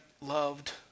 loved